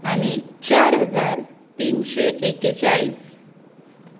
आनी चार हजार तीनशें एकेचाळीस